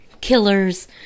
killers